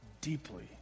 Deeply